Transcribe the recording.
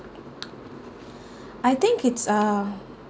I think it's uh